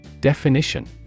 Definition